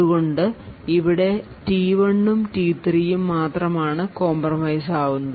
അതുകൊണ്ട് ഇവിടെ T1 ഉം T3 ഉം മാത്രമാണ് കോംപ്രമൈസ് ആവുന്നത്